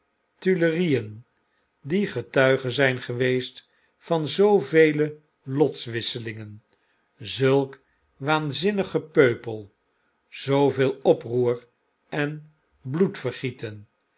tuilerieen die getuige zgn geweest van zoovele lotswisselingen zulk waanzinnig gepeupel zooveel oproer en